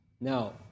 now